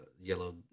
yellow